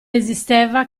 esisteva